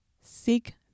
Seek